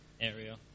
area